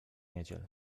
niedziel